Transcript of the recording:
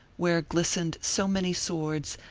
where glistened so many swords,